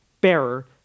bearer